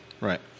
Right